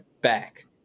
back